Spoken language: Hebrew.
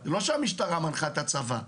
זה לא שהמשטרה מנחה את הצבא.